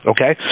Okay